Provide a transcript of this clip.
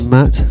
Matt